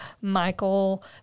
Michael